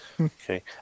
Okay